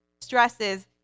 stresses